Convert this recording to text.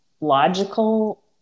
logical